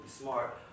smart